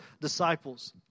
disciples